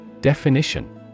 Definition